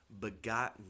begotten